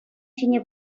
ҫине